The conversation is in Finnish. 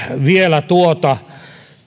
vielä tuota